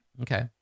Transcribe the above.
okay